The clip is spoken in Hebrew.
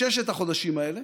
בששת החודשים האלה,